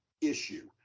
issue